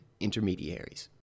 Intermediaries